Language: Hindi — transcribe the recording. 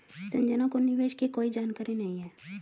संजना को निवेश की कोई जानकारी नहीं है